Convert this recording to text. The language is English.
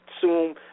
Zoom